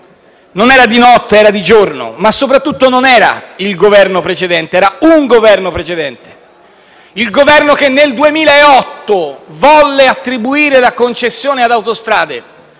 Non era di notte, ma era di giorno e - soprattutto - non era "il" Governo precedente, bensì "un" Governo precedente: il Governo che nel 2008 volle attribuire la concessione ad Autostrade